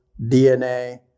DNA